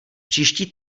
příští